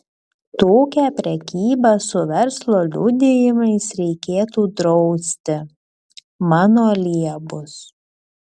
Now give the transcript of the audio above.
tokią prekybą su verslo liudijimais reikėtų drausti mano liebus